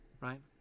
Right